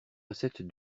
recette